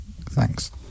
thanks